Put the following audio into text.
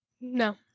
No